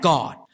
God